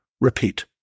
Repeat